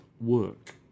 work